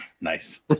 Nice